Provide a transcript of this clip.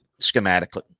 schematically